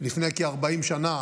לפני כ-40 שנה